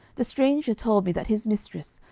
the stranger told me that his mistress,